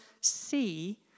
see